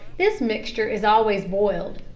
this mixture is always boiled.